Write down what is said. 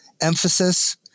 emphasis